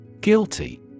Guilty